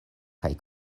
kaj